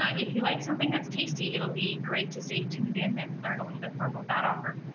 ah if you like something that's tasty, it'll be great to stay tuned in and learn a little bit more about that offer.